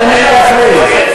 נו, חבר הכנסת זאב, תן לי להכריז.